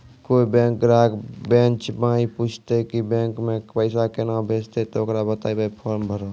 कोय बैंक ग्राहक बेंच माई पुछते की बैंक मे पेसा केना भेजेते ते ओकरा बताइबै फॉर्म भरो